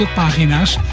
pagina's